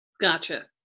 Gotcha